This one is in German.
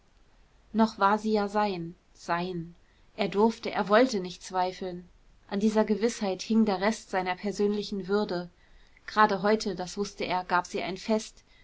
noch war sie ja sein sein er durfte er wollte nicht zweifeln an dieser gewißheit hing der rest seiner persönlichen würde gerade heute das wußte er gab sie ein fest